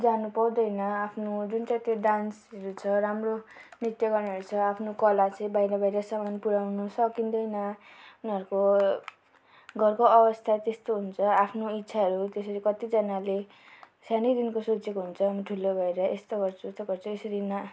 जानु पाउँदैन आफ्नो जुन चाहिँ त्यो डान्सहरू छ राम्रो नृत्य गर्नेहरू छ आफ्नो कला चाहिँ बाहिर बाहिरसम्म पुऱ्याउनु सकिँदैन उनीहरूको घरको अवस्था त्यस्तो हुन्छ आफ्नो इच्छाहरू त्यसरी कतिजनाले सानैदेखिको सोचेको हुन्छ हामी ठुलो भएर यस्तो गर्छु उस्तो गर्छु यसरी ना